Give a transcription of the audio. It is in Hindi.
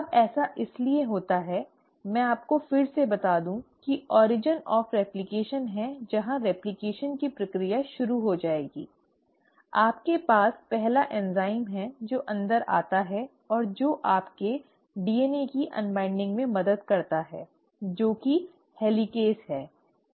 अब ऐसा इसलिए होता है तो मैं आपको फिर से बता दूं कि origin of replication है जहां रेप्लकेशन की प्रक्रिया शुरू हो जाएगी आपके पास पहला एंजाइम है जो अंदर आता है और जो आपके DNA की अन्वाइन्डिंग में मदद करता है जो हेलिकेज़ है